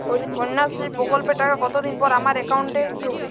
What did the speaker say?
কন্যাশ্রী প্রকল্পের টাকা কতদিন পর আমার অ্যাকাউন্ট এ ঢুকবে?